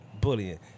Bullying